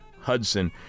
Hudson